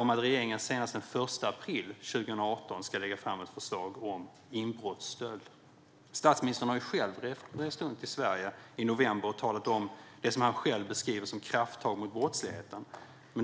om att regeringen senast den 1 april 2018 ska lägga fram ett förslag om inbrottsstöld. Statsministern reste ju själv runt i Sverige i november och talade om det som han beskrev som krafttag mot brottsligheten.